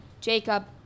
Jacob